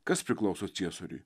kas priklauso ciesoriui